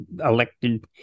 elected